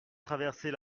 traverser